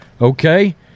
okay